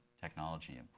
technology